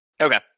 Okay